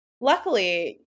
Luckily